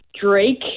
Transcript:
Drake